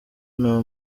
nta